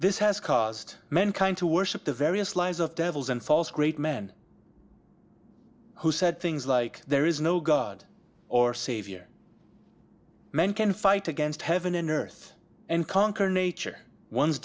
this has caused mankind to worship the various lies of devils and false great men who said things like there is no god or savior man can fight against heaven in earth and conquer nature one's